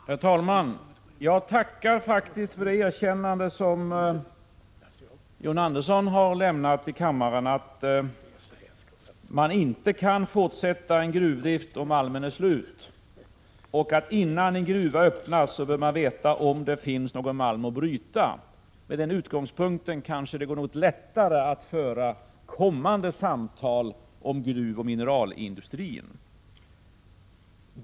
Herr talman! Jag tackar faktiskt för det erkännande som John Andersson har lämnat i kammaren, nämligen att man inte kan fortsätta en gruvdrift om malmen är slut och att man innan en gruva öppnas bör veta om det finns någon malm att bryta. Med den utgångspunkten går det kanske något lättare att föra kommande samtal om gruvoch mineralindustrin.